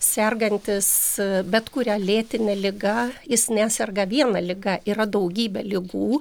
sergantis bet kuria lėtine liga jis neserga viena liga yra daugybė ligų